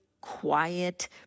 quiet